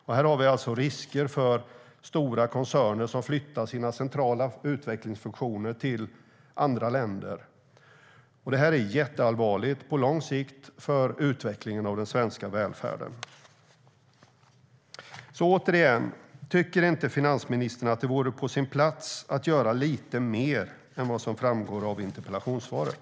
Det finns alltså risk att stora koncerner flyttar sina centrala utvecklingsfunktioner till andra länder. Det här är jätteallvarligt för den svenska välfärdens utveckling på lång sikt. Återigen: Tycker inte finansministern att det vore på sin plats att göra lite mer än vad som framgår av interpellationssvaret?